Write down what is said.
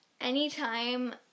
anytime